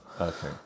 okay